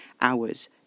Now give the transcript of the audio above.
hours